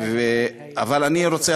אבל אני רוצה,